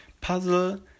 puzzle